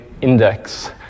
index